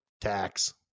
tax